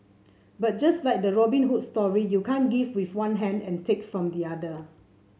but just like the Robin Hood story you can't give with one hand and take from the other